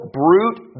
brute